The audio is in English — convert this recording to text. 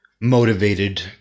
motivated